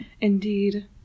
Indeed